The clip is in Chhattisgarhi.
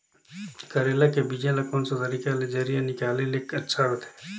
करेला के बीजा ला कोन सा तरीका ले जरिया निकाले ले अच्छा रथे?